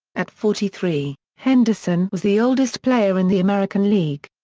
at forty three, henderson was the oldest player in the american league.